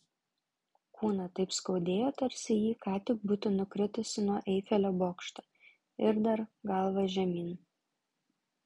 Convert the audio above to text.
kūną taip skaudėjo tarsi ji ką tik būtų nukritusi nuo eifelio bokšto ir dar galva žemyn